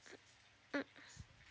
mm